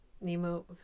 Nemo